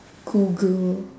google